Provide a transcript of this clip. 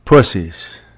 Pussies